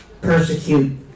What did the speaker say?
persecute